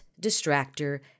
Distractor